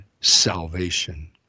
salvation